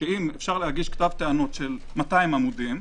שאם אפשר להגיש כתב טענות של 200 עמודים,